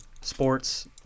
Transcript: sports